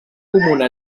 comuna